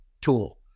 tool